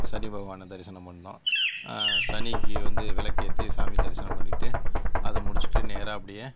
சனி பகவானை தரிசனம் பண்ணோம் சனிக்கு வந்து விளக்கேத்தி சாமி தரிசனம் பண்ணிவிட்டு அதை முடிச்சுட்டு நேராக அப்படியே